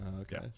Okay